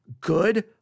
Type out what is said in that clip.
good